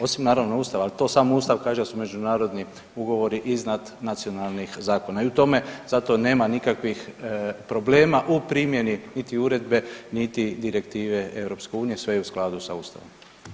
Osim naravno ustava, al to sam ustav kaže da su međunarodni ugovori iznad nacionalnih zakona i u tome zato nema nikakvih problema u primjene niti uredbe niti direktive EU, sve je u skladu sa ustavom.